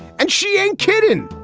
and she ain't kiddin.